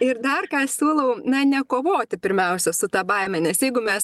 ir dar ką siūlau na nekovoti pirmiausia su ta baime nes jeigu mes